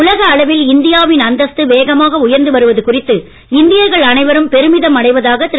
உலக அளவில் இந்தியாவின் அந்தஸ்து வேகமாக உயர்ந்து வருவது குறித்து இந்தியர்கள் அனைவரும் பெருமிதம் அடைவதாக திரு